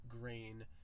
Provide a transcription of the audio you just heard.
grain